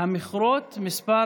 עם נגיף הקורונה החדש (הוראת שעה)